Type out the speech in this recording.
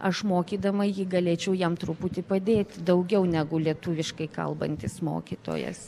aš mokydama jį galėčiau jam truputį padėti daugiau negu lietuviškai kalbantis mokytojas